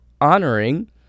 honoring